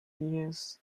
years